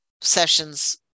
sessions